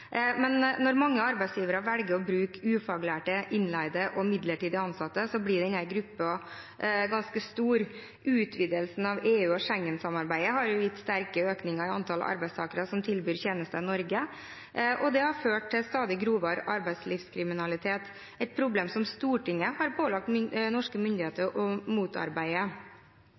Men når mange arbeidsgivere velger å bruke ufaglærte, innleide og midlertidig ansatte, blir denne gruppen ganske stor. Utvidelsen av EU og Schengen-samarbeidet har gitt sterk økning i antall arbeidstakere som tilbyr tjenester i Norge. Det har ført til stadig grovere arbeidslivskriminalitet, et problem som Stortinget har pålagt norske myndigheter å motarbeide.